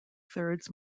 thirds